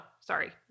sorry